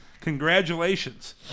Congratulations